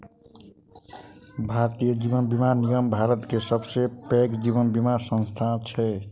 भारतीय जीवन बीमा निगम भारत के सबसे पैघ जीवन बीमा संस्थान छै